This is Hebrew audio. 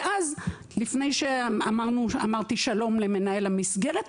ואז לפני שאמרתי שלום למנהל המסגרת,